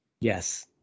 Yes